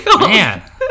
Man